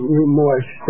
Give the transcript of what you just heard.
remorse